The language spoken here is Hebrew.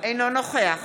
אינו נוכח